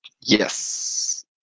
yes